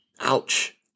Ouch